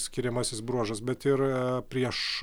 skiriamasis bruožas bet ir prieš